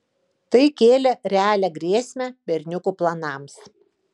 tai kėlė realią grėsmę berniukų planams